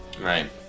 Right